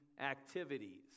activities